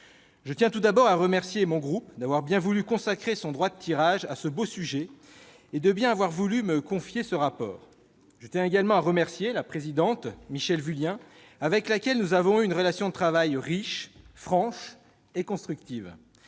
Je tiens tout d'abord à remercier mon groupe d'avoir bien voulu consacrer son droit de tirage à ce beau sujet et de m'avoir confié ce rapport. Je tiens ensuite à remercier la présidente de la mission, Michèle Vullien, de notre relation de travail riche, franche et constructive.